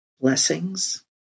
Blessings